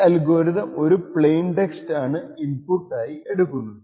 ഈ അൽഗോരിതം ഒരു plain text ആണ് ഇൻപുട്ട് ആയി എടുക്കുന്നത്